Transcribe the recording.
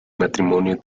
matrimonio